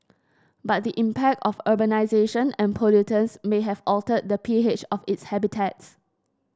but the impact of urbanisation and pollutants may have altered the P H of its habitats